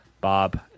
Bob